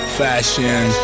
fashion